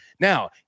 Now